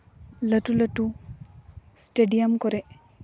ᱞᱟᱹᱴᱩ ᱞᱟᱹᱴᱩ ᱮᱥᱴᱮᱰᱤᱭᱟᱢ ᱠᱚᱨᱮᱜ